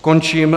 Končím.